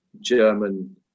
German